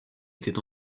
était